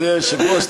אדוני היושב-ראש,